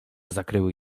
zakryły